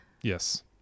Yes